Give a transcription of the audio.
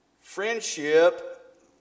Friendship